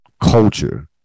culture